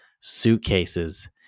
suitcases